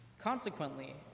Consequently